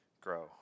grow